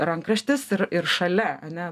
rankraštis ir ir šalia ane